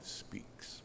speaks